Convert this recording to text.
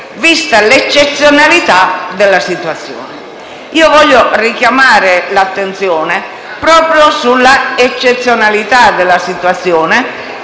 vista l'eccezionalità della situazione. Vorrei richiamare l'attenzione proprio sulla eccezionalità della situazione,